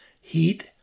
heat